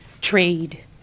trade